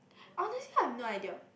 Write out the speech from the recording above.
honestly I have no idea